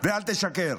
ואל תשקר.